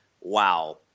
Wow